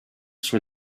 sur